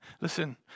listen